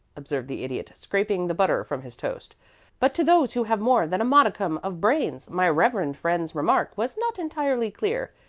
observed the idiot, scraping the butter from his toast but to those who have more than a modicum of brains my reverend friend's remark was not entirely clear.